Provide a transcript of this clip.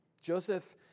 Joseph